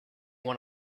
one